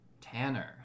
Tanner